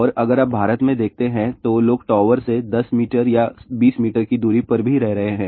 और अगर आप भारत में देखते हैं तो लोग टॉवर से 10 मीटर या 20 मीटर की दूरी पर भी रह रहे हैं